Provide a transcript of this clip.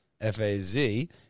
FAZ